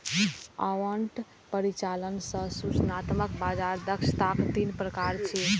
आवंटन, परिचालन आ सूचनात्मक बाजार दक्षताक तीन प्रकार छियै